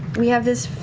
we have this